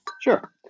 Sure